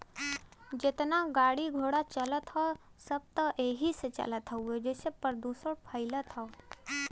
जेतना गाड़ी घोड़ा चलत हौ सब त एही से चलत हउवे जेसे प्रदुषण फइलत हौ